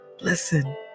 listen